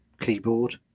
keyboard